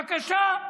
בבקשה.